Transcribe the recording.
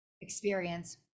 experience